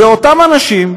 אלה אותם אנשים,